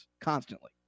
constantly